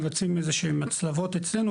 מבצעים איזה הצלבות אצלנו,